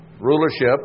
rulership